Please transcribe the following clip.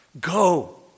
go